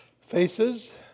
faces